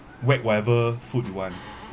wipe whatever food you want like